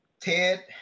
Ted